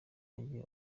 mujyi